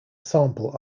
sample